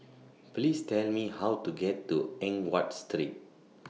Please Tell Me How to get to Eng Watt Street